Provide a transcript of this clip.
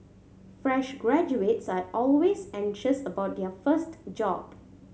fresh graduates are always anxious about their first job